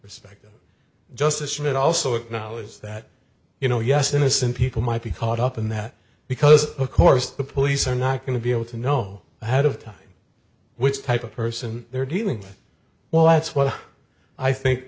respect justice should also acknowledge that you know yes innocent people might be caught up in that because of course the police are not going to be able to know ahead of time which type of person they're dealing with well that's what i think